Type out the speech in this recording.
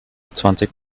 zwanzig